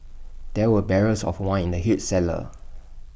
there were barrels of wine in the huge cellar